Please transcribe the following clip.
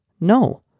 No